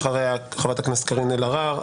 אחריה חברת הכנסת קארין אלהרר,